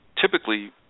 typically